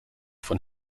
von